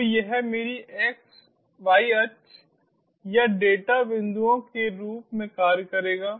तो यह मेरी y अक्ष या डेटा बिंदुओं के रूप में कार्य करेगा